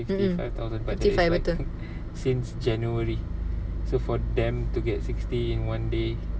mm mm fifty five